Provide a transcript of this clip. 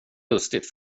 lustigt